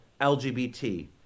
LGBT